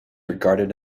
regarded